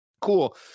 cool